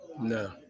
No